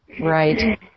Right